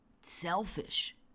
selfish